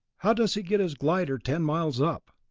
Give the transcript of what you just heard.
how does he get his glider ten miles up?